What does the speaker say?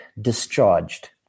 discharged